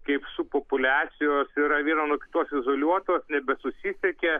kaip subpopuliacijos yra viena nuo kitos izoliuotos nebesusisiekia